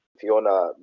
Fiona